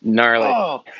Gnarly